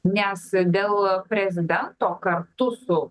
nes dėl prezidento kartu su